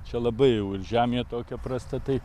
čia labai jau ir žemė tokia prasta tai